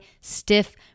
stiff